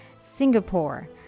Singapore